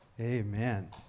Amen